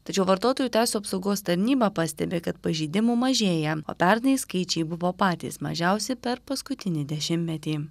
tačiau vartotojų teisių apsaugos tarnyba pastebi kad pažeidimų mažėja o pernai skaičiai buvo patys mažiausi per paskutinį dešimtmetį